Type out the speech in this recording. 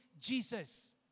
Jesus